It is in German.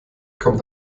kommt